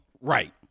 Right